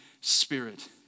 Spirit